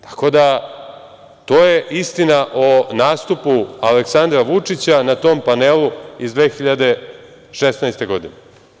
Tako da, to je istina o nastupu Aleksandra Vučića na tom panelu iz 2016. godine.